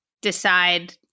decide